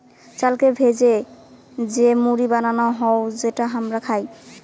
চালকে ভেজে যে মুড়ি বানানো হউ যেটা হামরা খাই